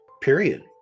period